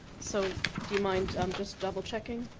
so do you mind double checking